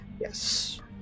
Yes